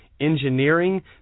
engineering